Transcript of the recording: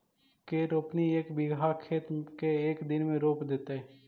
के रोपनी एक बिघा खेत के एक दिन में रोप देतै?